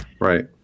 right